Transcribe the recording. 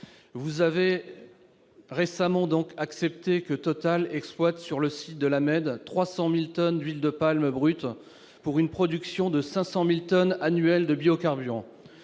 vous avez récemment accepté que Total exploite sur le site de La Mède quelque 300 000 tonnes d'huile de palme brute, pour une production annuelle de 500 000 tonnes de biocarburant.